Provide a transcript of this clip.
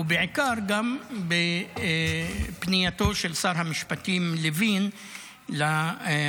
ובעיקר גם בפנייתו של שר המשפטים לוין לכבוד